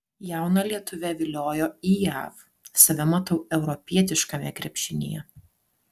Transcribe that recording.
jauną lietuvę viliojo į jav save matau europietiškame krepšinyje